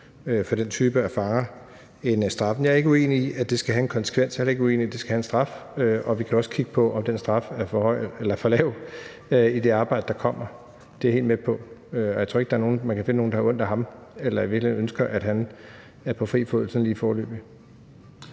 for den type af fanger end straffen. Jeg er ikke uenig i, at det skal have en konsekvens, og jeg er heller ikke uenig i, at det skal medføre en straf, og vi kan også i det arbejde, der kommer, kigge på, om den straf er for lav. Det er jeg helt med på. Jeg tror ikke, man kan finde nogen, der har ondt af ham, eller som i virkeligheden ønsker, at han er på fri fod sådan lige foreløbig.